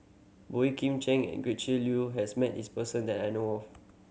Boey Kim Cheng and Gretchen Liu has met this person that I know of